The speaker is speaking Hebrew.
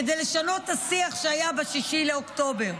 כדי לשנות את השיח שהיה ב-6 באוקטובר.